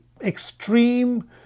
extreme